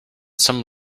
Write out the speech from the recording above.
some